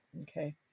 Okay